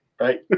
Right